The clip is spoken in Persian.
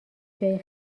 جای